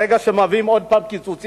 ברגע שמביאים עוד פעם קיצוצים,